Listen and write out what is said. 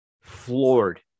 floored